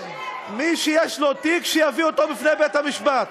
מי שיש לו תיק, שיביא אותו בפני בית-המשפט,